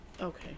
Okay